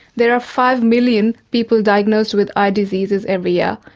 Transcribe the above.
there are five million people diagnosed with eye diseases every year,